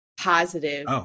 positive